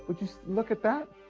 but just look at that.